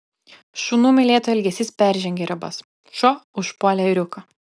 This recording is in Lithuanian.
šunų mylėtojų elgesys peržengė ribas šuo užpuolė ėriuką